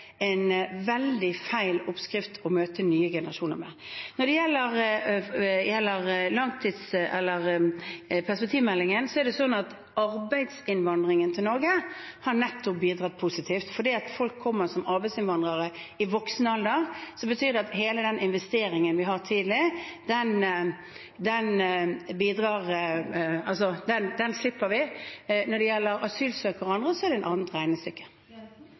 en veldig feil oppskrift å møte nye generasjoner med. Når det gjelder perspektivmeldingen, er det sånn at arbeidsinnvandringen til Norge har bidratt positivt, fordi folk kommer som arbeidsinnvandrere i voksen alder. Det betyr at hele den investeringen vi har tidlig, slipper vi. Når det gjelder asylsøkere og andre, er det et annet